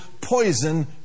poison